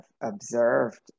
observed